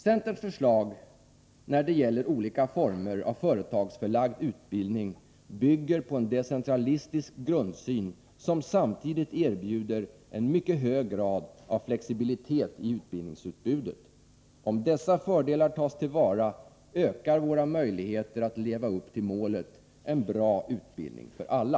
Centerns förslag när det gäller olika former av företagsförlagd utbildning bygger på en decentralistisk grundsyn som samtidigt erbjuder en mycket hög grad av flexibilitet i utbildningsutbudet. Om dessa fördelar tas till vara ökar våra möjligheter att leva upp till målet: en bra utbildning för alla.